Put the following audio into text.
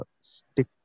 stick